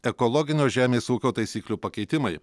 ekologinio žemės ūkio taisyklių pakeitimai